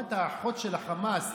תנועת האחות של החמאס,